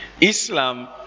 Islam